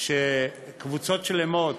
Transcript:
שקבוצות שלמות